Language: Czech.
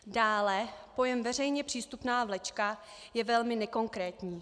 Dále, pojem veřejně přístupná vlečka je velmi nekonkrétní.